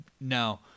No